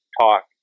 talk